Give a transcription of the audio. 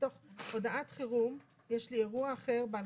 בתוך הודעת חירום יש לי אירוע אחר בעל